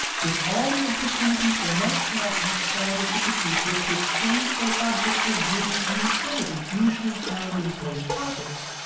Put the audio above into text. with all the opportunities they must have outside of the cathedral to exchange those objects of beauty and utility usually found in boys' pockets,